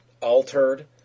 altered